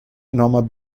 enormer